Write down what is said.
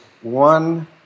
one